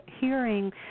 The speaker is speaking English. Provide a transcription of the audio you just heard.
hearing